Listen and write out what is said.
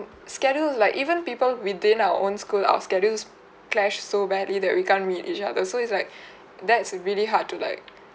schedule like even people between our own school our schedules clash so badly that we can't meet each other so it's like that's really hard to like